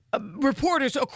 reporters